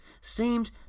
seemed